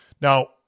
Now